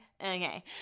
Okay